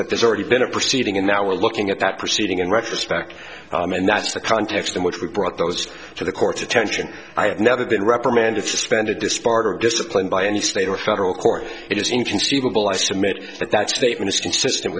that there's already been a proceeding and now we're looking at that proceeding in retrospect and that's the context in which we brought those to the court's attention i have never been reprimanded suspended to sparta or disciplined by any state or federal court it is inconceivable i submit that that statement is consistent